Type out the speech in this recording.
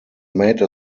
made